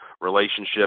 relationship